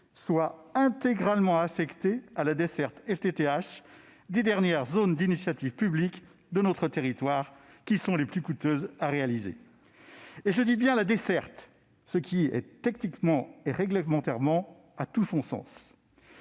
soient intégralement affectés à la desserte FTTH des dernières zones d'initiative publique de notre territoire, qui sont les plus coûteuses à réaliser. Je parle bien de la « desserte », ce qui, techniquement et réglementairement, a tout son sens.